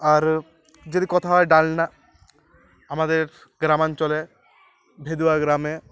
আর যদি কথা হয় ডালনা আমাদের গ্রামাঞ্চলে ভেদুয়া গ্রামে